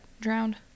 drowned